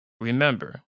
remember